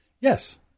Yes